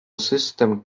system